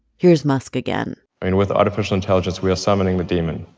here's musk again i mean, with artificial intelligence, we are summoning the demon,